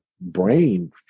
brain